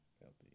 healthy